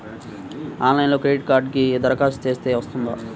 ఆన్లైన్లో క్రెడిట్ కార్డ్కి దరఖాస్తు చేస్తే వస్తుందా?